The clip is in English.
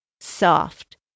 soft